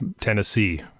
Tennessee